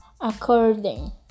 According